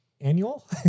annual